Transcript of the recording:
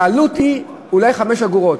העלות היא אולי 5 אגורות.